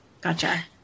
gotcha